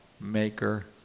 maker